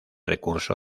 recurso